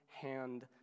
hand